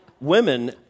women